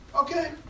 okay